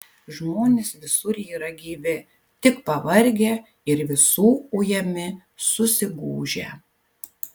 žmonės visur yra gyvi tik pavargę ir visų ujami susigūžę